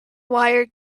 wire